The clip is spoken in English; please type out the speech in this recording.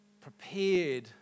prepared